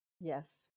Yes